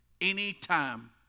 Anytime